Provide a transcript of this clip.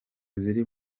ziri